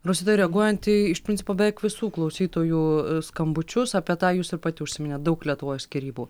rosita reaguojant į iš principo beveik visų klausytojų skambučius apie tą jūs ir pati užsiminėt daug lietuvoj skyrybų